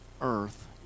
earth